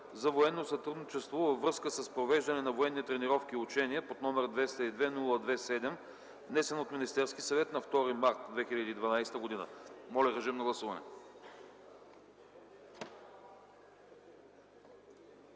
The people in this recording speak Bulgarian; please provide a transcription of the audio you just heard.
за военно сътрудничество във връзка с провеждане на военни тренировки и учения, № 202-02-7, внесен от Министерския съвет на 2 март 2012 г. Моля, гласувайте.